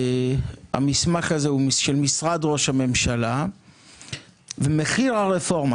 המסמך הזה הוא של משרד ראש הממשלה ומחיר הרפורמה,